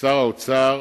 שר האוצר?